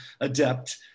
adept